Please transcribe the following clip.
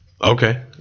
Okay